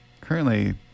currently